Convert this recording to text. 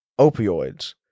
opioids